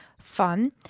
fun